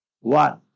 One